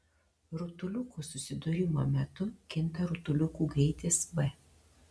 rutuliukų susidūrimo metu kinta rutuliukų greitis v